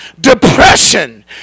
depression